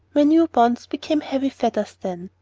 my new bonds became heavy fetters then,